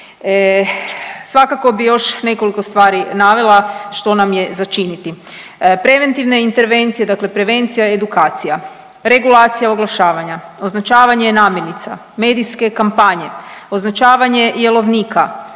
Svakako bi još nekoliko stvari navela što nam je za činiti. Preventivne intervencije, dakle prevencija, edukacija, regulacija oglašavanja, označavanje namirnica, medijske kampanje, označavanje jelovnika,